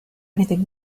anything